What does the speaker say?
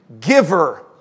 giver